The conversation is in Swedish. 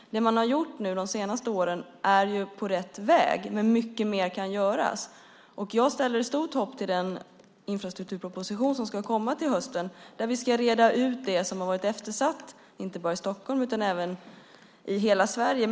Det som har gjorts de senaste åren är på rätt väg, men mycket mer kan göras. Jag sätter stort hopp till den infrastrukturproposition som ska komma till hösten. Där ska vi reda ut det som har varit eftersatt inte bara i Stockholm utan även i hela Sverige.